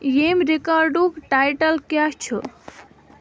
ییٚمۍ رِکاڈُک ٹایٹل کیٛاہ چھُ